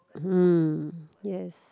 hmm yes